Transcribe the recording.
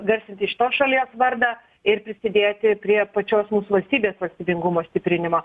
garsinti šitos šalies vardą ir prisidėti prie pačios mūsų valstybės valstybingumo stiprinimo